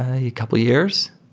a couple years,